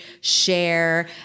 share